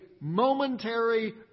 momentary